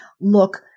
look